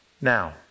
Now